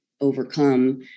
overcome